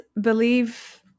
believe